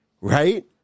Right